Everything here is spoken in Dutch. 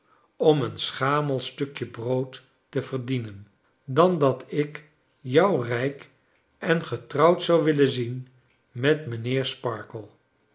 om een schamel stukje brood te verdienen dan dat ik jou rijk en getrouwd zou willen zien met mijnheer sparkler